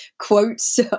quotes